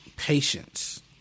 patience